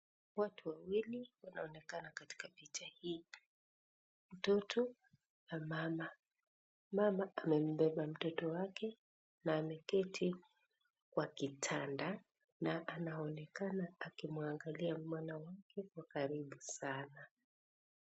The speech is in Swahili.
Watu wawili wanaonekana katika picha hii. Mtoto na mama. Mama amembeba mtoto wake na ameketi kwa kitanda na anaonekana akimwangalia mwana wake kwa karibu sana.